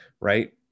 right